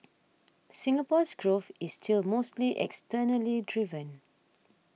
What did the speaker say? Singapore's growth is still mostly externally driven